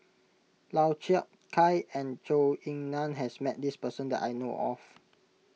Lau Chiap Khai and Zhou Ying Nan has met this person that I know of